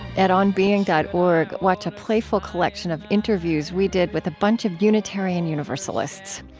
at onbeing dot org, watch a playful collection of interviews we did with a bunch of unitarian universalists.